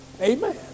Amen